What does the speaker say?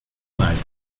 night